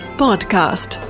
podcast